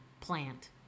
plant